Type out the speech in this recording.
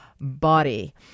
body